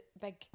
big